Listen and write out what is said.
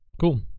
Cool